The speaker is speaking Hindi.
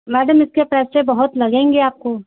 मैडम इसके पैसे बहुत लगेंगे आपको